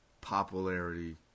popularity